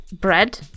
bread